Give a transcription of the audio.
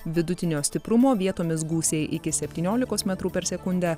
vidutinio stiprumo vietomis gūsiai iki septyniolikos metrų per sekundę